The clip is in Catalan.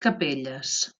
capelles